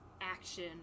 action